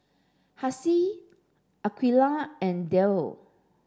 Hasif Aqeelah and Dhia